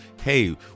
hey